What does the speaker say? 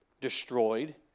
destroyed